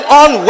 on